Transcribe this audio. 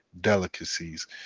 delicacies